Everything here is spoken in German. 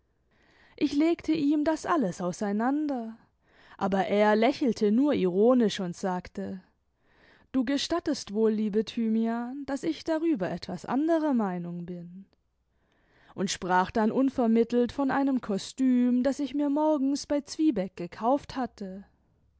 ich legte ihm das alles auseinander aber er lächelte nur ironisch und sagte du gestattest wohl liebe thymian daß ich darüber etwas anderer meinung bin und sprach dann unvermittelt von einem kostüm das ich mir morgens bei zwiebeck gekauft hatte